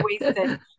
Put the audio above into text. wasted